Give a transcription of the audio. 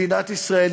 מדינת ישראל,